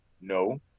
no